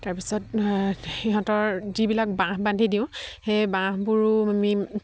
তাৰপিছত সিহঁতৰ যিবিলাক বাঁহ বান্ধি দিওঁ সেই বাঁহবোৰো আমি